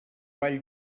vall